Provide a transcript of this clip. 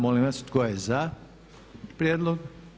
Molim vas tko je za prijedlog?